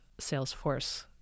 Salesforce